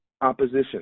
opposition